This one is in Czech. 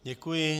Děkuji.